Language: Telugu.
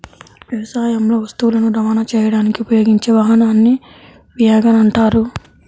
వ్యవసాయంలో వస్తువులను రవాణా చేయడానికి ఉపయోగించే వాహనాన్ని వ్యాగన్ అంటారు